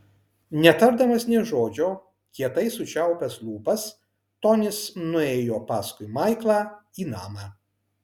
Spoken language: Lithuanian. netardamas nė žodžio kietai sučiaupęs lūpas tonis nuėjo paskui maiklą į namą